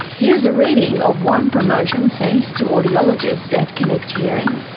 here's a reading of one promotion sent to audiologists at connect hearing